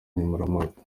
nkemurampaka